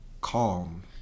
Calm